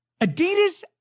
Adidas